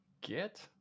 Get